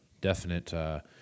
definite